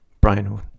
Brian